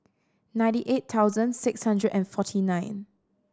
ninety eight thousand six hundred and forty nine